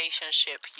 relationship